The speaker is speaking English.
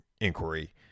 inquiry